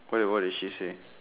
what did what did she say